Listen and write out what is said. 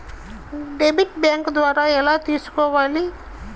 Debit bank ద్వారా ఎలా తీసుకోవాలి?